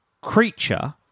Creature